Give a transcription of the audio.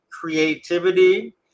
creativity